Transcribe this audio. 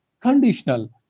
conditional